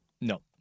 No